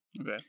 Okay